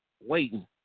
waiting